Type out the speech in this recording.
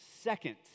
second